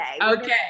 Okay